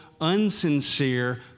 unsincere